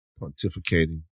pontificating